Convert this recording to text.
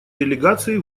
делегаций